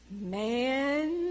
Man